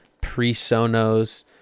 pre-Sonos